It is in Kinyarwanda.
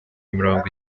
mirongo